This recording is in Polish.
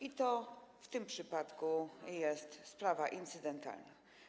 I to w tym przypadku jest sprawa incydentalna.